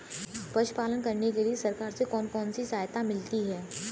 पशु पालन करने के लिए सरकार से कौन कौन सी सहायता मिलती है